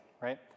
right